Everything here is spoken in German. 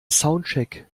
soundcheck